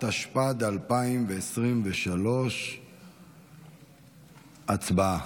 התשפ"ד 2023. הצבעה.